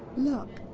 look.